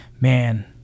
man